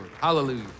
Hallelujah